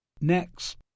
Next